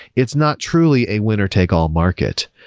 it's not truly a winner take all market.